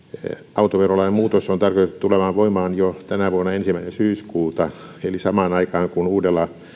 autoverolain muutos on tarkoitettu tulemaan voimaan jo tänä vuonna ensimmäinen syyskuuta eli samaan aikaan kun uudella